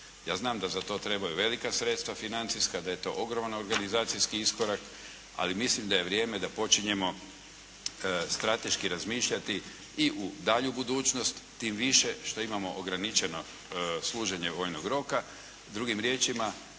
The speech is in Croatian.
Ja znam da za to trebaju velika sredstva financijska, da je to ogroman organizacijski iskorak ali mislim da je vrijeme da počinjemo strateški razmišljati i u dalju budućnost, tim više što imamo ograničeno služenje vojnog roka.